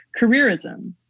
careerism